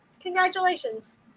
congratulations